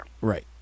Right